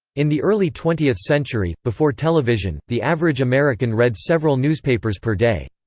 in the early twentieth century, before television, the average american read several newspapers per day.